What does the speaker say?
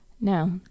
No